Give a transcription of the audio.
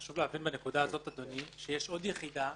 חשוב להבין בנקודה הזאת, אדוני, שיש עוד יחידה